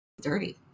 Dirty